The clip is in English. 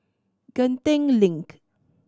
Genting Link